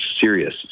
serious